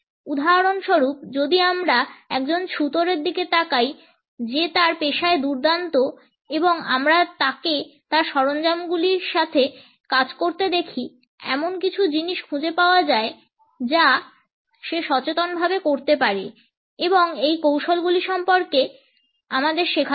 উদাহরণস্বরূপ যদি আমরা একজন ছুতোরের দিকে তাকাই যে তার পেশায় দুর্দান্ত এবং আমরা তাকে তার সরঞ্জামগুলির সাথে কাজ করতে দেখি এমন কিছু জিনিস খুঁজে পাওয়া যায় যা সে সচেতনভাবে করতে পারে এবং এই কৌশলগুলি সম্পর্কে আমাদের শেখাতে পারে